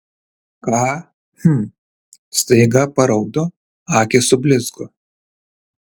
ką hm staiga paraudo akys sublizgo